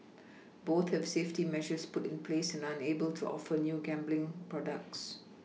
both have safety measures put in place and are unable to offer new gambling products